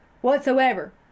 whatsoever